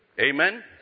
Amen